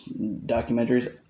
documentaries